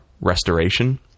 restoration